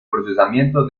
procesamiento